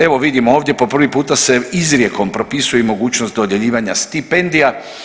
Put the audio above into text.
Evo vidim ovdje po privi puta se izrijekom propisuje i mogućnost dodjeljivanja stipendija.